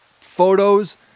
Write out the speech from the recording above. photos